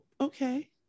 okay